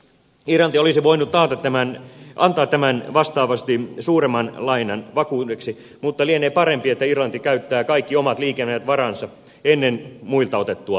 irlanti olisi voinut antaa tämän vastaavasti suuremman lainan vakuudeksi mutta lienee parempi että irlanti käyttää kaikki omat liikenevät varansa ennen muilta otettua lainaa